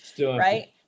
Right